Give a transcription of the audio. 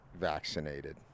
vaccinated